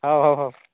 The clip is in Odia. ହେଉ ହେଉ ହେଉ